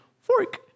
fork